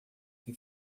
que